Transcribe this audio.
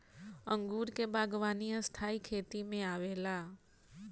अंगूर के बागवानी स्थाई खेती में आवेला